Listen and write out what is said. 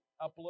upload